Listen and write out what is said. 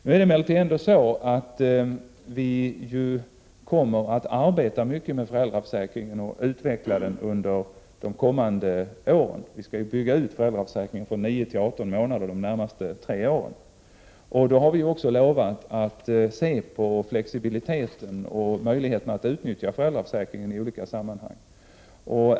Nu är det emellertid så att vi kommer att arbeta mycket med föräldraförsäkringen och utveckla den under de kommande åren. Vi skall bygga ut föräldraförsäkringen från nio till arton månader under de närmaste tre åren. Då har vi också lovat se på flexibiliteten och möjligheterna att utnyttja föräldraförsäkringen i olika sammanhang.